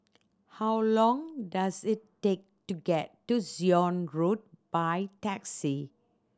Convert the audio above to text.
how long does it take to get to Zion Road by taxi